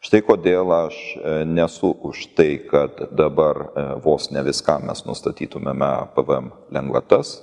štai kodėl aš nesu už tai kad dabar vos ne viską mes nustatytumėme pvm lengvatas